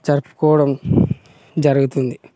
జరుపుకోవడం జరుగుతుంది